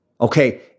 Okay